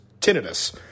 tinnitus